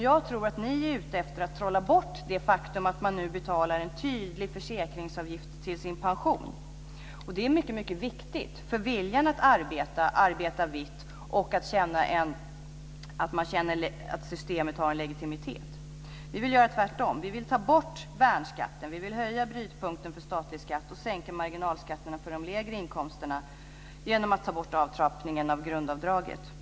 Jag tror att ni är ute efter att trolla bort det faktum att man nu betalar en tydlig försäkringsavgift till sin pension. Det är viktigt för viljan att arbeta, arbeta vitt och känna att systemet har en legitimitet. Vi vill göra tvärtom. Vi vill ta bort värnskatten, höja brytpunkten för statlig skatt och sänka marginalskatterna för de lägre inkomsterna genom att ta bort avtrappningen av grundavdraget.